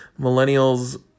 millennials